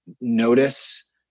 notice